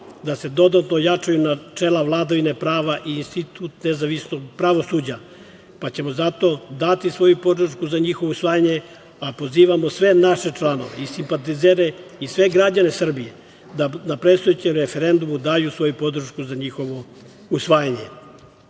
da se dodatno ojačaju načela vladavine prava i institut nezavisnog pravosuđa, pa ćemo zato dati svoju podršku za njihovo usvajanje, pa pozivamo sve naše članove i simpatizere i sve građane Srbije da na predstojećem referendumu daju svoju podršku za njihovo usvajanje. Zato